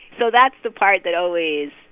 so that's the part that always,